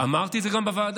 אמרתי את זה גם בוועדה.